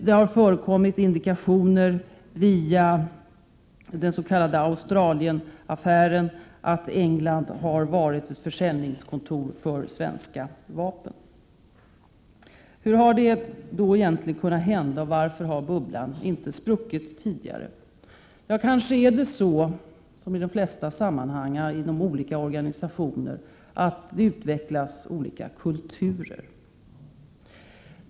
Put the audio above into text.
Det har förekommit indikationer via den s.k. Australienaffären på att England har varit ett försäljningskontor för svenska vapen. Hur har detta egentligen kunnat hända, och varför har bubblan inte spruckit tidigare? Ja, det kanske är så, som i de flesta sammanhang inom olika organisationer, att det utvecklas olika kulturer.